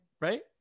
right